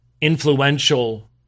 influential